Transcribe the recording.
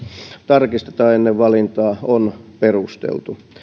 tarkistetaan ennen valintaa on perusteltu